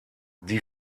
die